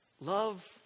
Love